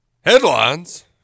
Headlines